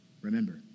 Remember